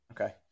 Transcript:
Okay